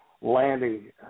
landing